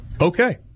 Okay